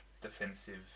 defensive